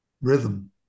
rhythm